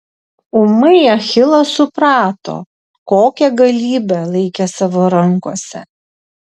ūmai achilas suprato kokią galybę laikė savo rankose